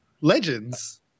Legends